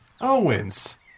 Owens